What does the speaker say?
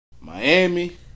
Miami